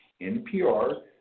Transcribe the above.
NPR